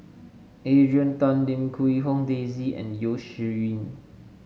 Adrian Tan Lim Quee Hong Daisy and Yeo Shih Yun